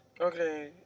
Okay